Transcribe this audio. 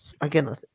again